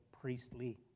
priestly